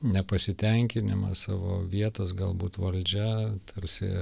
nepasitenkinimą savo vietos galbūt valdžia tarsi